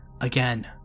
again